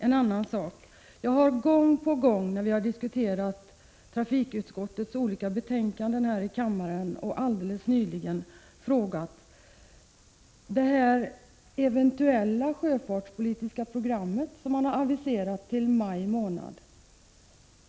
En annan sak — jag har gång på gång när vi har diskuterat trafikutskottets betänkanden här i kammaren och alldeles nyligen frågat om det ”eventuella” sjöfartspolitiska program som enligt vad man har aviserat skulle komma i maj månad.